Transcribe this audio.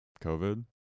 COVID